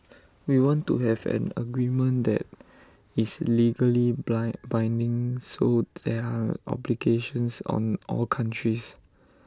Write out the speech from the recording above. we want to have an agreement that is legally blind binding so there are obligations on all countries